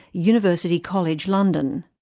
university college london.